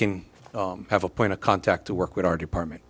can have a point of contact to work with our department